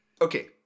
Okay